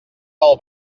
del